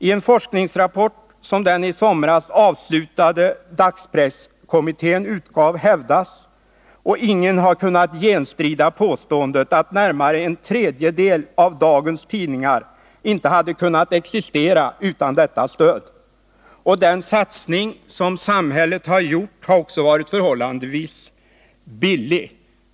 I en forskningsrapport från dagspresskommittén, som i somras avslutade sitt arbete, hävdas — och ingen har kunnat bestrida påståendet — att närmare en tredjedel av dagens tidningar inte hade kunnat existera utan detta stöd. Och den satsning som samhället har gjort har också varit förhållandevis billig.